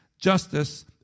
justice